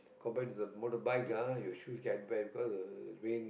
compared to the motorbike ah your shoes get bad because the rain